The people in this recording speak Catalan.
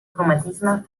cromatisme